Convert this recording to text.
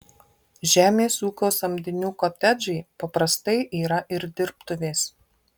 žemės ūkio samdinių kotedžai paprastai yra ir dirbtuvės